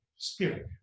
spirit